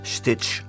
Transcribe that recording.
Stitch